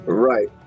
right